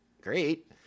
great